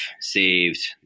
saved